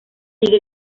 sigue